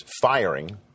firing